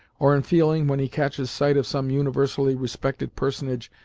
or in feeling, when he catches sight of some universally respected personage,